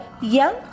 young